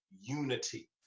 unity